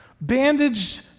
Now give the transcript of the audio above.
bandaged